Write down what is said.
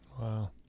Wow